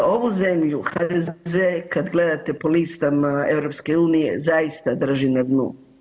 Ovu zemlju, HDZ kad gledate po listama EU zaista drži na dnu.